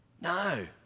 no